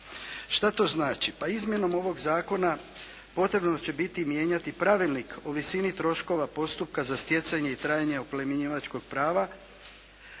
Šta to znači? Pa izmjenom ovog zakona potrebno će biti mijenjati Pravilnik o visini troškova postupka za stjecanje i trajanje oplemenjivačkog prava